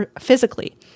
physically